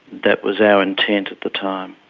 that was our intent at the time.